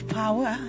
power